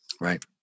right